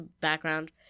background